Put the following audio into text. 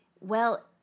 Well-